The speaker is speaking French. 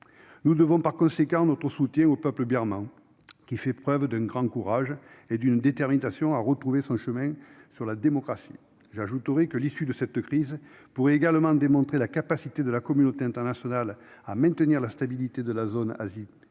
Nous devons notre soutien au peuple birman qui fait preuve d'un grand courage et d'une détermination à retrouver le chemin de la démocratie. J'ajouterai que l'issue de cette crise pourrait également démontrer la capacité de la communauté internationale à maintenir la stabilité dans la zone Asie-Pacifique,